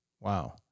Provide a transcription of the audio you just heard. Wow